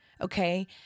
okay